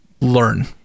learn